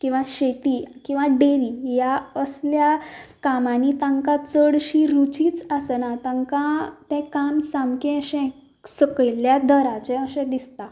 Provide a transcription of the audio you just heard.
शेती किंवा डेरी ह्या असल्या कामांनी तांकां चडशीं रुचीच आसना तांकां तें काम सामकें अशें सकयल्या दराचे अशें दिसता